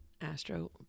astro